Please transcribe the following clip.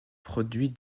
produit